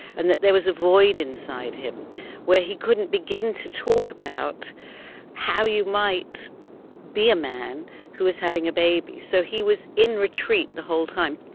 and that there was a void inside him where he couldn't begin to talk about how you might be a man who was having a baby. so he was in retreat the whole time.